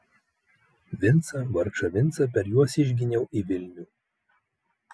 vincą vargšą vincą per juos išginiau į vilnių